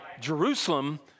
Jerusalem